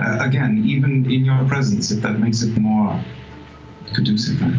again, even in your presence, if that makes it more conducive.